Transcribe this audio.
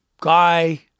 guy